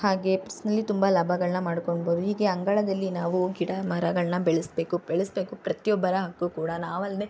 ಹಾಗೆ ಪರ್ಸ್ನಲಿ ತುಂಬ ಲಾಭಗಳನ್ನು ಮಾಡ್ಕೊಬೋದು ಹೀಗೆ ಅಂಗಳದಲ್ಲಿ ನಾವು ಗಿಡ ಮರಗಳನ್ನು ಬೆಳೆಸಬೇಕು ಬೆಳೆಸಬೇಕು ಪ್ರತಿಯೊಬ್ಬರ ಹಕ್ಕು ಕೂಡ ನಾವಲ್ಲದೇ